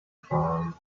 fahren